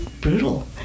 brutal